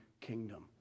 kingdom